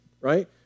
right